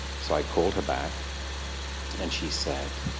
so i called her back and she said,